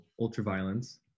Ultraviolence